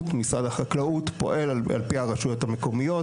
ומשרד החקלאות פועל על פי הרשויות המקומיות.